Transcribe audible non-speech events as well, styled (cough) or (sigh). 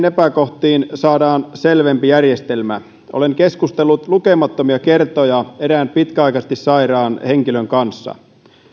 (unintelligible) epäkohtiin saadaan selvempi järjestelmä olen keskustellut lukemattomia kertoja erään pitkäaikaisesti sairaan henkilön kanssa